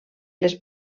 les